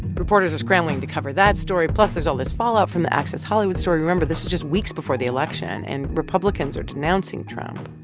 reporters are scrambling to cover that story. plus there's all this fallout from the access hollywood story. remember, this is just weeks before the election, and republicans are denouncing trump.